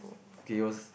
okay yours